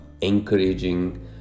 encouraging